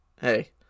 hey